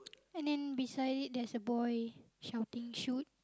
and then beside it there's a boy shouting shoot